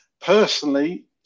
Personally